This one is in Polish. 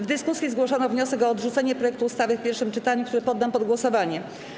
W dyskusji zgłoszono wniosek o odrzucenie projektu ustawy w pierwszym czytaniu, który poddam pod głosowanie.